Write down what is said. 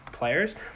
players